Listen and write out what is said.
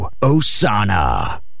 Osana